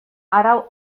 arau